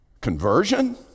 Conversion